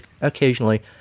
occasionally